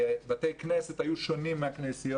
בתי הכנסת היו שונים מהכנסיות